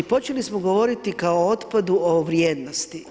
Počeli smo govoriti kao o otpadu kao vrijednosti.